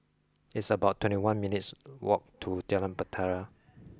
it's about twenty one minutes' walk to Jalan Bahtera